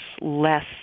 less